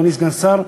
אדוני סגן השר,